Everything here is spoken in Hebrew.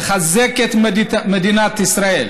לחזק את מדינת ישראל,